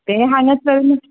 तें हांगा चड